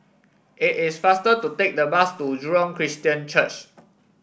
it is faster to take the bus to Jurong Christian Church